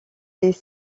des